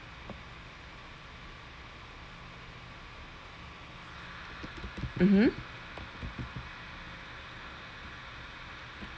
mmhmm